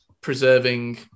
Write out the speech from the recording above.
preserving